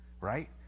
right